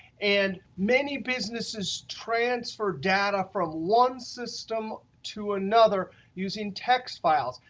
and many businesses transfer data from one system to another using text files.